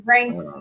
Ranks